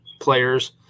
players